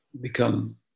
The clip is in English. become